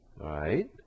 right